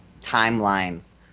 timelines